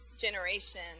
generation